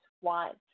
one